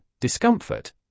discomfort